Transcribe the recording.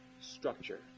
structure